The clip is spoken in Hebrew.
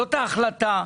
זאת ההחלטה.